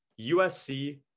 USC